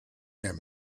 him